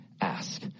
ask